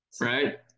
Right